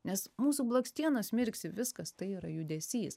nes mūsų blakstienos mirksi viskas tai yra judesys